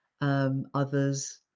others